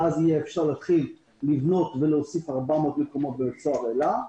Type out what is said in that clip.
ואז אפשר יהיה לבנות ולהוסיף 400 מקומות ב"אלה".